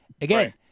again